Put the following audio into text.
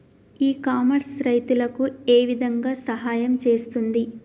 ఇ commerce రైతులకు ఏ విధంగా సహాయం చేస్తుంది?